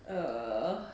ugh